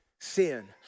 Sin